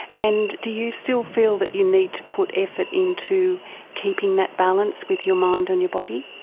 and do you still feel that you need to put effort into keeping that balance with your mind and your body?